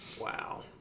Wow